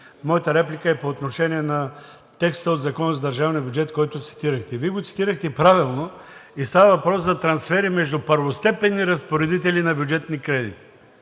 моята реплика е по отношение на текста от Закона за държавния бюджет, който цитирахте. Вие го цитирахте правилно и става въпрос за трансфери между първостепенни разпоредители на бюджетни кредити,